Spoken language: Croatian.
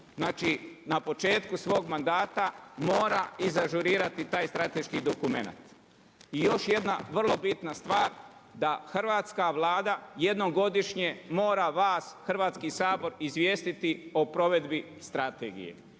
znači na početku svog mandata mora iz ažurirati taj strateški dokumenat. I još jedna vrlo bitna stvar, da Hrvatska Vlada, jednom godišnje mora vas, Hrvatski sabor, izvijestiti o provedbi strategije,